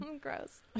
Gross